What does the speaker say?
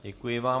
Děkuji vám.